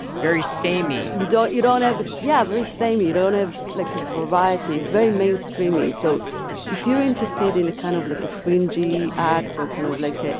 very same-y. you don't you don't have yeah, very same-y. you don't have, like, a variety. it's very mainstream-y. so if you're interested in kind of, like, a fringey act or kind of, like,